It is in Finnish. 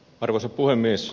arvoisa puhemies